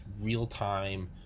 real-time